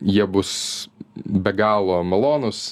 jie bus be galo malonūs jie